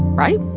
right?